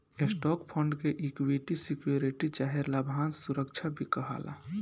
stock fund के equity security चाहे लाभांश सुरक्षा भी कहाला